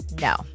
No